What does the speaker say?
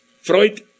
Freud